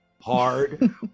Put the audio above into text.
hard